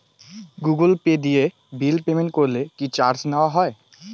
Google pay দিয়ে bill payment করলে কি চার্জ নেওয়া হয়?